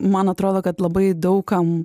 man atrodo kad labai daug kam